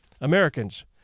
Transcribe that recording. Americans